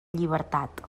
llibertat